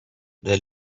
they